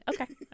Okay